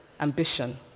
ambition